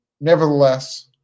Nevertheless